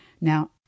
now